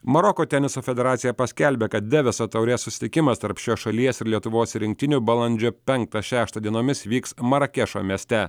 maroko teniso federacija paskelbė kad deviso taurės susitikimas tarp šios šalies ir lietuvos rinktinių balandžio penktą šeštą dienomis vyks marakešo mieste